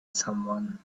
someone